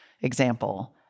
example